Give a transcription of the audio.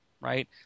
Right